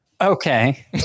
Okay